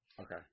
Okay